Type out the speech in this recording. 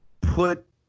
put